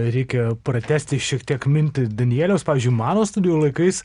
reikia pratęsti šiek tiek mintį danieliaus pavyzdžiui mano studijų laikais